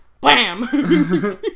Bam